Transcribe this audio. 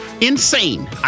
Insane